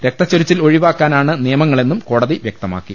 രക്തച്ചൊരിച്ചിൽ ഒഴിവാക്കാനാണ് നിയമങ്ങളെന്നും കോടതി വൃക്തമാക്കി